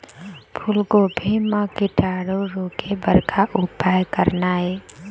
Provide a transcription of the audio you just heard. फूलगोभी म कीटाणु रोके बर का उपाय करना ये?